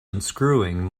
unscrewing